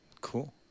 Cool